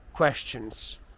Questions